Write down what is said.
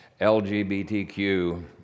LGBTQ